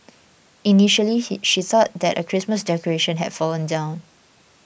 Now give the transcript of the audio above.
initially he she thought that a Christmas decoration had fallen down